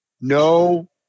No